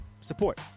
support